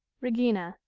regina.